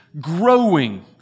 growing